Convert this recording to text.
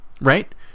right